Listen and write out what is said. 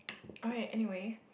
alright anyway